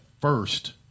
first